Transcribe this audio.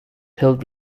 held